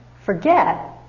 forget